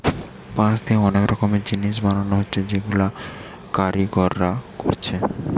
বাঁশ দিয়ে অনেক রকমের জিনিস বানানা হচ্ছে যেগুলা কারিগররা কোরছে